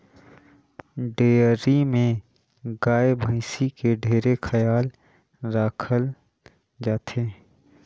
dairy में गाय, भइसी के ढेरे खयाल राखल जाथे